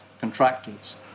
contractors